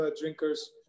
drinkers